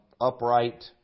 upright